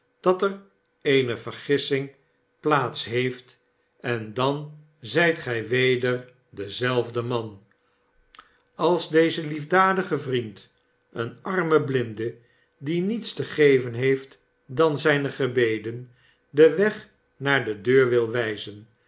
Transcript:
dat er eene vergissing plaats heeft en dan zijt gij weder dezelfde man als dezeliefdadige vriend een armen blinde die niets te geven heeft dan zijne gebeden den weg naar de deur wil wijzen